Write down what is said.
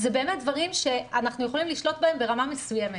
אלה באמת דברים שאנחנו יכולים לשלוט בהם בצורה מסוימת.